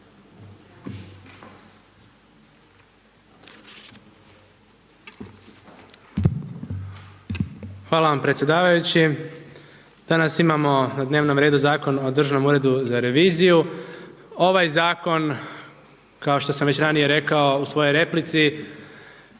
Hvala vam predsjedavajući, danas imamo na dnevnom redu Zakon o Državnom uredu za reviziju, ovaj zakon kao što sam već ranije rekao u svojoj replici